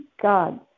God